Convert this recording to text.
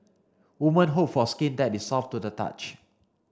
woman hope for skin that is soft to the touch